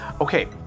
Okay